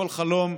כל חלום,